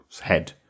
head